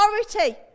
authority